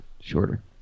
shorter